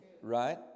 right